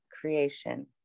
creation